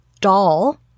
doll